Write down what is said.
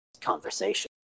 conversation